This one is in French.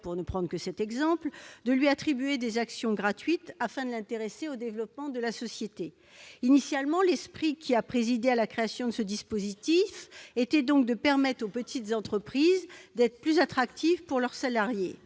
pour ne prendre que cet exemple, d'attribuer à ce dernier des actions gratuites, afin de l'intéresser au développement de la société. Initialement, l'esprit ayant présidé à la création de ce mécanisme était de permettre aux petites entreprises d'être plus attractives pour les salariés.